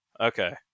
Okay